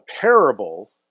parable